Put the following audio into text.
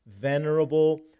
venerable